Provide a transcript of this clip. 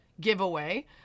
giveaway